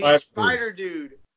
Spider-Dude